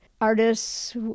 Artists